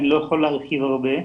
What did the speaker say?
אני לא יכול להרחיב הרבה.